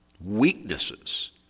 weaknesses